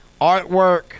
artwork